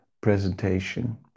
presentation